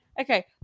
Okay